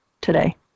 today